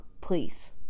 please